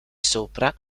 sopra